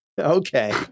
Okay